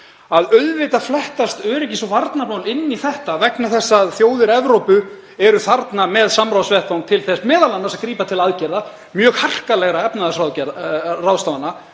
allhressilega, fléttast öryggis- og varnarmál inn í þetta vegna þess að þjóðir Evrópu eru þarna með samráðsvettvang til þess m.a. að grípa til aðgerða, mjög harkalegra efnahagsráðstafana